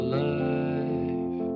life